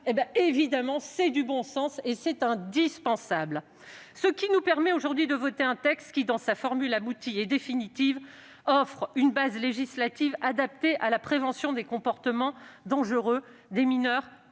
cela, c'est du bon sens, c'est indispensable ! Ce travail est ce qui nous permet aujourd'hui de voter un texte qui, dans sa formule aboutie et définitive, offre une base législative adaptée à la prévention des comportements dangereux des mineurs